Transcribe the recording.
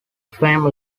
fame